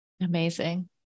Amazing